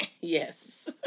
Yes